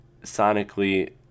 sonically